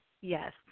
Yes